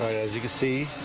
as you can see